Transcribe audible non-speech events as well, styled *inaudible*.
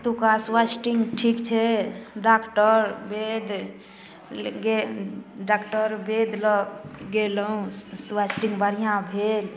एतुका स्वास्थ्य ठीक छै डाक्टर बैद्य *unintelligible* डाक्टर बैद्य लग गेलहुॅं स्वास्थ्य बढ़िऑं भेल